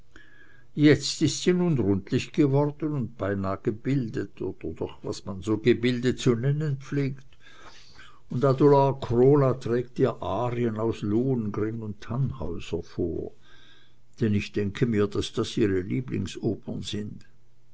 jetzt ist sie nun rundlich geworden und beinah gebildet oder doch was man so gebildet zu nennen pflegt und adolar krola trägt ihr arien aus lohengrin und tannhäuser vor denn ich denke mir daß das ihre lieblingsopern sind